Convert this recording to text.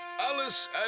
Alice